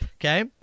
okay